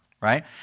right